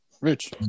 Rich